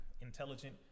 intelligent